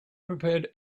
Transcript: prepared